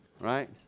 Right